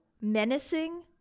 menacing